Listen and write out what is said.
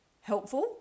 helpful